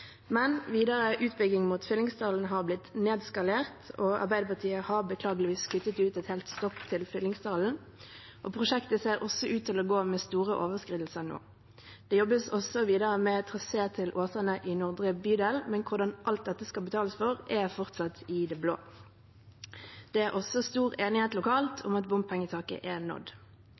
Men videre utbygging mot Fyllingsdalen har blitt nedskalert, og Arbeiderpartiet har beklageligvis kuttet ut et helt stopp til Fyllingsdalen. Prosjektet ser også ut til å gå med store overskridelser nå. Det jobbes også videre med trasé til Åsane i Nordre bydel, men hvordan alt dette skal betales for, er fortsatt i det blå. Det er også stor enighet lokalt om at bompengetaket er nådd.